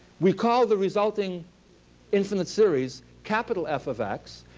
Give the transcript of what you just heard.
we call the resulting infinite series capital f of x.